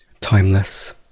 timeless